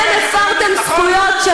אתר מורשת עולמית,